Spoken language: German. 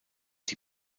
die